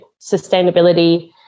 sustainability